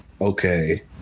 okay